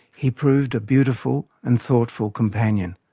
he proved a beautiful and thoughtful companion.